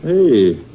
Hey